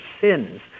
sins